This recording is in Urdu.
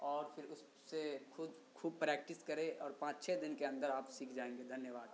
اور پھر اس اس سے خود خوب پریکٹس کریں اور پانچ چھ دن کے اندر آپ سیکھ جائیں گے دھنیہ واد